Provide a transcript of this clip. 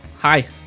hi